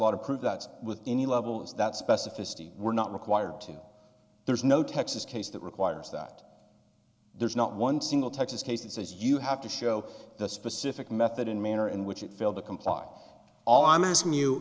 law to prove that with any level is that specificity we're not required to there's no texas case that requires that there's not one single texas case that says you have to show the specific method and manner in which it failed to comply all i'm asking you